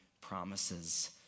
promises